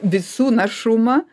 visų našumą